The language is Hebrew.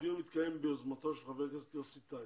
הדיון מתקיים ביוזמתו של חבר הכנסת יוסי טייב.